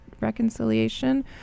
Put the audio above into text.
reconciliation